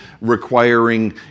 requiring